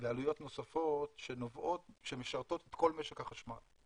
ועלויות נוספות שמשרתות את כל משק החשמל.